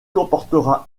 comportera